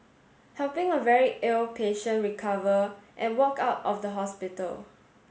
helping a very ill patient recover and walk out of the hospital